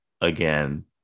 again